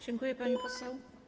Dziękuję, pani poseł.